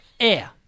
Air